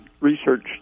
research